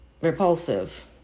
repulsive